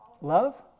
Love